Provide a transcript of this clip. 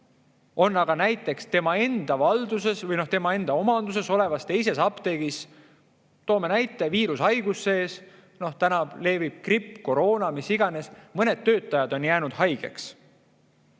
on aga tema enda valduses või enda omanduses olevas teises apteegis, toome näite, viirushaigus sees – täna levib gripp, koroona, mis iganes –, mõned töötajad on jäänud haigeks.